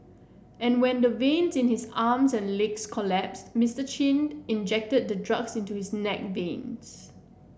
and when the veins in his arms and legs collapsed Mister Chin injected the drugs into his neck veins